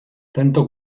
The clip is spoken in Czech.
tento